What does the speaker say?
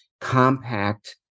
compact